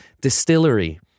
distillery